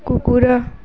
କୁକୁର